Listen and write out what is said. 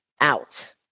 out